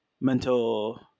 mental